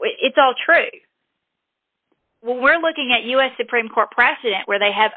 it's all true we're looking at u s supreme court precedent where they have